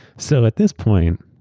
so at this point,